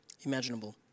imaginable